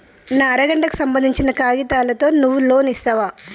నా అర గంటకు సంబందించిన కాగితాలతో నువ్వు లోన్ ఇస్తవా?